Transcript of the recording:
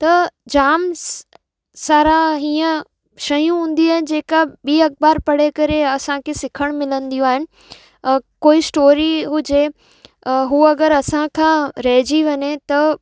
त जाम स सारा हीअं शयूं हूंदियूं आहिनि जेका ॿीं अख़बार पढ़े करे असांखे सिखणु मिलंदियूं आहिनि कोई स्टोरी हुजे हू अगरि असांखां रहिजी वञे त